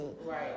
right